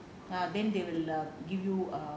then they will err give you err